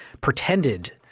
pretended